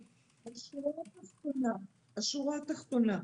השורה התחתונה,